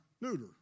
neuter